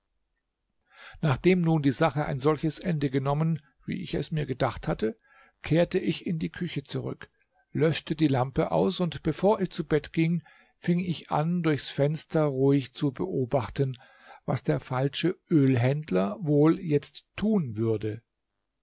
nachdem nun die sache ein solches ende genommen wie ich es mir gedacht hatte kehrte ich in die küche zurück löschte die lampe aus und bevor ich zu bett ging fing ich an durchs fenster ruhig zu beobachten was der falsche ölhändler wohl jetzt tun würde